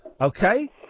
Okay